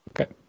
Okay